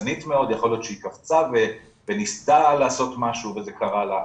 שהיא קפצה וניסתה אולי לעשות משהו וזה קרה לה,